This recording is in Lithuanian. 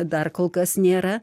dar kol kas nėra